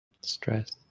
stress